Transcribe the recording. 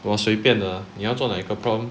我随便啦你要做哪一个 prompt